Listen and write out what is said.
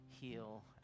heal